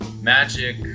magic